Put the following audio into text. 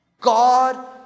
God